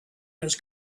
this